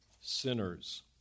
sinners